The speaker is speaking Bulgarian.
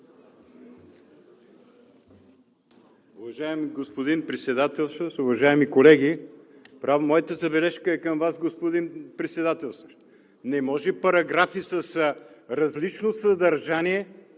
Уважаеми господин Председателстващ, уважаеми колеги! Моята забележка е към Вас, господин Председателстващ – не може параграфи с различно съдържание